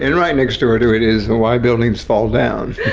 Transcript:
and right next door to it is why buildings fall down.